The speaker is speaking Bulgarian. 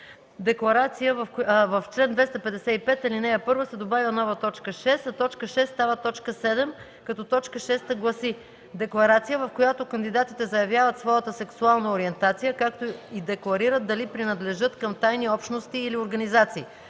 Шопов: „В чл. 255, ал. 1 се добавя нова точка 6, а точка 6 става точка 7, като точка шеста гласи: „Декларация, в която кандидатите заявяват своята сексуална ориентация, както и декларират дали принадлежат към тайни общности или организации“.